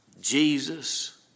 Jesus